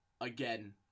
again